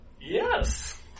Yes